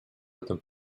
этом